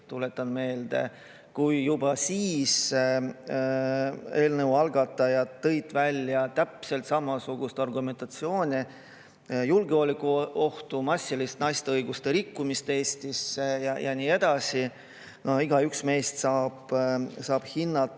Tuletan meelde, et juba siis eelnõu algatajad tõid välja täpselt samasugust argumentatsiooni: julgeolekuohtu, massilist naiste õiguste rikkumist Eestis ja nii edasi. Igaüks meist saab hinnata,